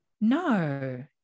No